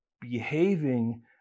behaving